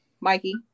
Mikey